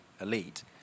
elite